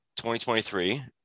2023